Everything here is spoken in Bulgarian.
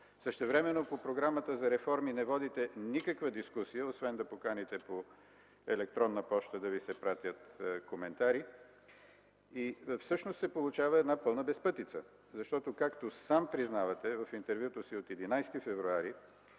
Същевременно по програмата за реформи не водите никаква дискусия, освен да поканите по електронна поща да Ви се пратят коментари. Всъщност се получава една пълна безпътица, защото, както сам признавате в интервюто си от 11 февруари